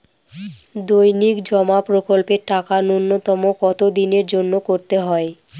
দৈনিক জমা প্রকল্পের টাকা নূন্যতম কত দিনের জন্য করতে হয়?